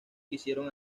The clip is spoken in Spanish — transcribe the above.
quisieron